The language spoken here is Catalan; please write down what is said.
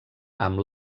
amb